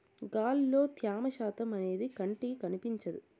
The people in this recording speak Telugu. గాలిలో త్యమ శాతం అనేది కంటికి కనిపించదు